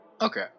Okay